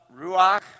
ruach